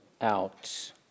out